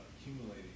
accumulating